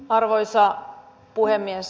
arvoisa puhemies